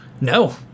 No